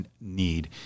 need